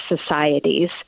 societies